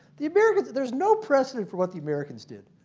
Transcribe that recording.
the americans there's no precedent for what the americans did.